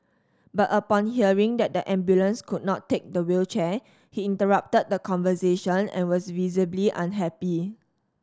but upon hearing that the ambulance could not take the wheelchair he interrupted the conversation and was visibly unhappy